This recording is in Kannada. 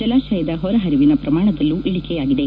ಜಲಾಶಯದ ಹೊರ ಹರಿವಿನ ಪ್ರಮಾಣದಲ್ಲೂ ಇಳಿಕೆಯಾಗಿದೆ